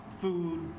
food